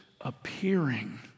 appearing